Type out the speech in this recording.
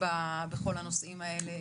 בכל הנושאים האלה,